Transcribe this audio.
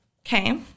Okay